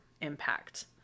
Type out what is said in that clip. impact